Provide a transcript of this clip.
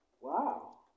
Wow